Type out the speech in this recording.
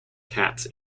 cats